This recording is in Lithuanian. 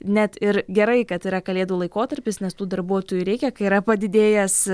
net ir gerai kad yra kalėdų laikotarpis nes tų darbuotojų reikia kai yra padidėjęs